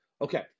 Okay